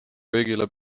kõigile